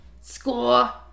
Score